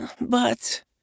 but-